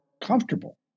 comfortable